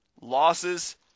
losses